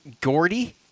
Gordy